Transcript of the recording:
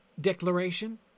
declaration